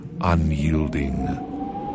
unyielding